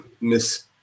Miss